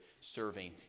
serving